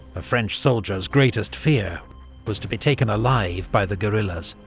a french soldier's greatest fear was to be taken alive by the guerrillas,